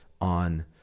on